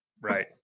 Right